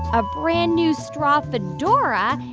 a brand new straw fedora,